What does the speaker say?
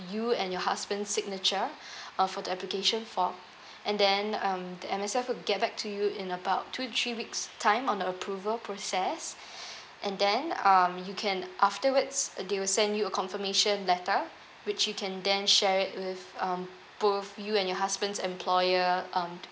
you and your husband's signature uh for the application form and then um the M_S_F will get back to you in about two three weeks' time on the approval process and then um you can afterwards they will send you a confirmation letter which you can then share it with um both you and your husband's employer um to